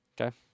okay